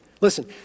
Listen